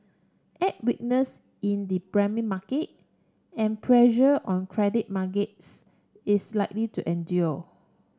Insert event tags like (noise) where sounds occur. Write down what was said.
add weakness in the (unintelligible) market and pressure on credit markets is likely to endure